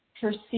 perceive